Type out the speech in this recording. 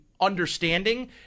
understanding